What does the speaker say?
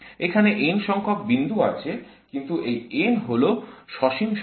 এখানে n সংখ্যক বিন্দু আছে কিন্তু এই n হল সসীম সংখ্যা